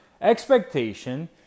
expectation